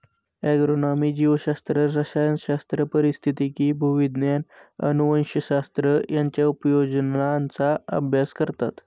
agronomy जीवशास्त्र, रसायनशास्त्र, पारिस्थितिकी, भूविज्ञान, अनुवंशशास्त्र यांच्या उपयोजनांचा अभ्यास करतात